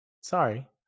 Sorry